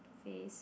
face